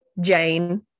Jane